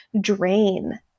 drain